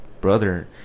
brother